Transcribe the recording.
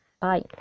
Bye